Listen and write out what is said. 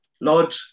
Lord